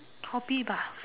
copy